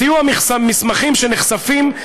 בסיוע מסמכים שנחשפים,